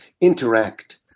Interact